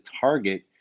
target